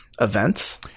events